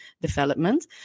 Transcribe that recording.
development